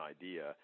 idea